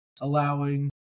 allowing